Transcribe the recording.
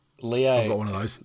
Leo